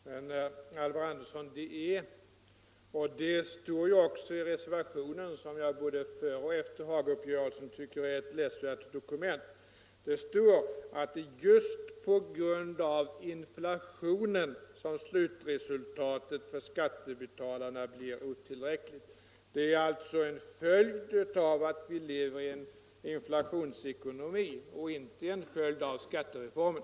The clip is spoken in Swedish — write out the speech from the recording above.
Herr talman! Men, Alvar Andersson, det står ju i reservationen — som jag både före och efter Hagauppgörelsen har ansett vara ett läsvärt dokument -— att det är just på grund av inflationen som slutresultatet för skattebetalarna blir otillräckligt. Det är alltså en följd av att vi lever i en inflationsekonomi och inte en följd av skattereformen.